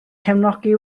cefnogi